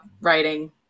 writing